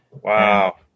Wow